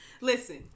listen